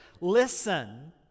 Listen